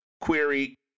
Query